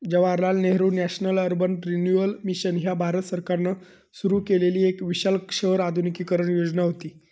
Jawaharlal Nehru national urban renewal mission ह्या भारत सरकारान सुरू केलेली एक विशाल शहर आधुनिकीकरण योजना व्हती